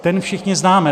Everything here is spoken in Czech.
Ten všichni známe.